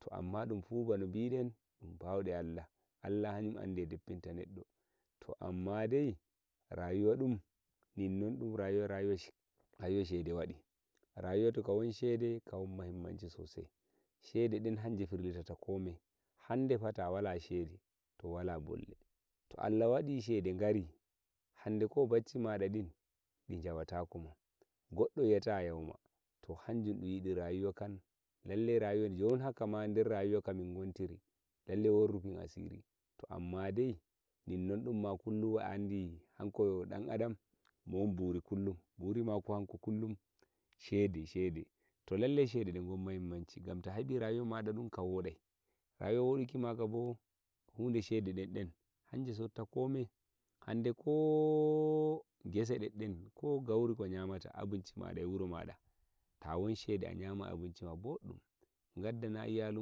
to amma dun kugal biɗen dun bawuɗe allah hanun andi e debbinta nenɗo to amma dai rayuwa ɗum ninnom ɗum rayuwa shede wadi rayuwa to ka won shede ka won mahimmanchi sossai sheden hanje ɗen firlitata komi hande pha ta wala shede to wala bolle to allah waɗi shede gari hande ko baccimaɗa ɗin ɗijawata koma to hanjum ɗum yidi rayuwa kam lallai rayuwa jon haka ma der rayuwa kamin kontiri lallai won rufin asiri to amma dai ninnon ɗun ma kullum a andi hanko dan adam mo won buri kullum buri mako mullum shede shede lallai sheda ɗe gon mahimmanci gam ta heɓi rayuwa maɗa ɗum ka woɗai rayuwa woɗu ki maka bo huɗe shede ɗedden hanje shotta komai hande ko gese ɗedɗen ko gauri ko ƴamata abinci maɗa e wuro maɗa ta won shede a ƴamai ko abinci maɗa bodɗun gaddana iyalu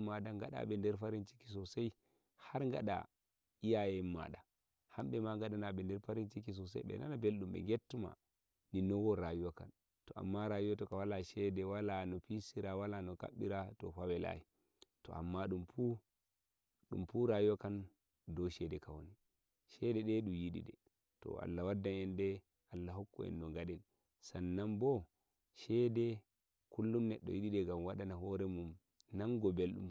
maɗa gaɗaɓe der farinciki sossai har gaɗa iyaye en maɗa hambe ma gaɗanaɓe der farinciki sossai ɓenana bellɗum ɓe gettuma ninnon won rayuwa kan to amma rayuwa toka wala shede wala no pissira wala no kaɓɓira to pha welayi to amma ɗun fuu rayuwa kam don shede ka woni shede ɗe ɗun yiɗiɗe to allah waddan en ɗe allah hokku en no gaɗen sannan bo shede kullum nedɗo yiɗiɗe gam waɗana horemun nan go belɗum